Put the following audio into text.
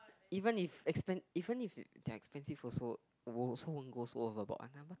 even if expen~ even if they are expensive also wo~ also won't go so overboard one ah but